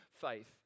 faith